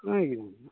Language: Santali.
ᱵᱩᱡ ᱠᱮᱫᱟᱢ